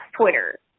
Twitter